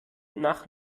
nach